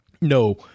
no